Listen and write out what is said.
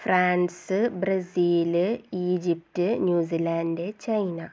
France Brazil Egypt New Zealand China